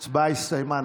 ההצבעה הסתיימה.